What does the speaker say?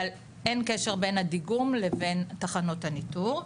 אבל אין קשר בין הדיגום לבין תחנות הניטור.